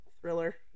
thriller